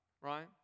right